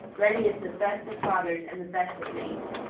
reddy is the best of fathers and the best of mates.